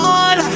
on